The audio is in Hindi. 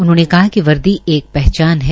उन्होंने कहा कि वर्दी एक पहचान है